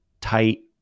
tight